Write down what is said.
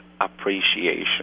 appreciation